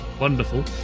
wonderful